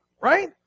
right